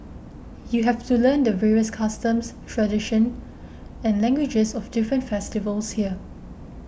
you have to learn the various customs tradition and languages of different festivals here